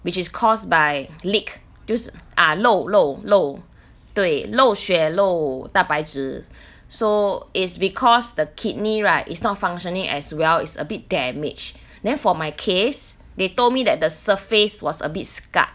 which is caused by leak 就是 ah 漏漏漏对漏血漏大白纸 so is because the kidney right is not functioning as well is a bit damage then for my case they told me that the surface was a bit scarred